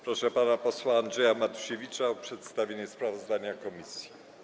Proszę pana posła Andrzeja Matusiewicza o przedstawienie sprawozdania komisji.